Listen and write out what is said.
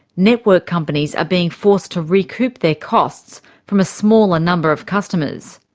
network companies are being forced to recoup their costs from a smaller number of customers.